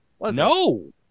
No